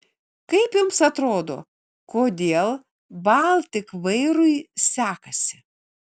kaip jums atrodo kodėl baltik vairui sekasi